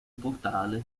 portale